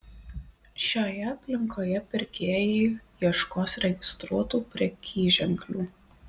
šioje aplinkoje pirkėjai ieškos registruotų prekyženklių